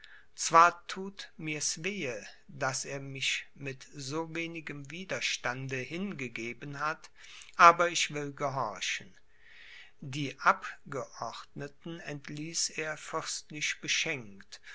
zwar thut mir's wehe daß er mich mit so wenigem widerstande hingegeben hat aber ich will gehorchen die abgeordneten entließ er fürstlich beschenkt